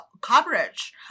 coverage